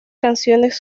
canciones